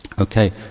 Okay